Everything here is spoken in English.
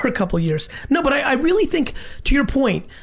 couple of years. no, but i really think to your point,